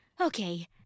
Okay